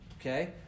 okay